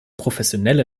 professionelle